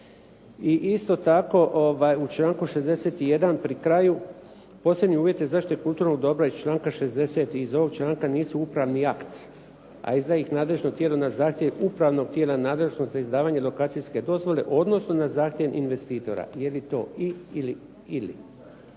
I isto tako, u članku 61. pri kraju, posebni uvjeti zaštite kulturnog dobra iz članka 60. i iz ovog članka nisu upravni akt, a izdaje ih nadležno tijelo na zahtjev upravnog tijela nadležnosti izdavanje lokacijske dozvole, odnosno na zahtjev investitora. Je li to i ili ili?